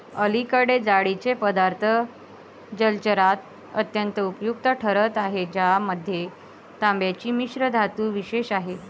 अलीकडे जाळीचे पदार्थ जलचरात अत्यंत उपयुक्त ठरत आहेत ज्यामध्ये तांब्याची मिश्रधातू विशेष आहे